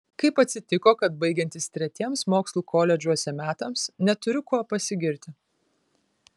kaip atsitiko kad baigiantis tretiems mokslų koledžuose metams neturiu kuo pasigirti